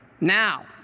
Now